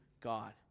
God